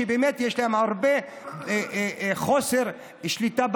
שם יש הרבה חוסר שליטה,